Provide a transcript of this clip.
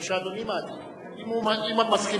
הן לא בורחות